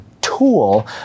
tool